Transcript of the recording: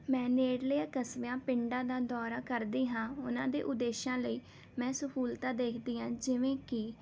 ਮੈਂ ਨੇੜਲਿਆਂ ਕਸਬਿਆਂ ਪਿੰਡਾਂ ਦਾ ਦੌਰਾ ਕਰਦੀ ਹਾਂ ਉਹਨਾਂ ਦੇ ਉਦੇਸ਼ਾਂ ਲਈ ਮੈਂ ਸਹੂਲਤਾਂ ਦੇਖਦੀ ਹਾਂ ਜਿਵੇਂ ਕਿ